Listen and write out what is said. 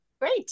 Great